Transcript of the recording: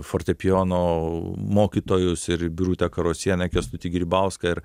fortepijono mokytojus ir birutę karosienę kęstutį grybauską ir